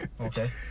Okay